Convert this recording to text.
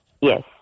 Yes